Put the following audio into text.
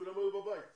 כולם היו בבית בתקופה,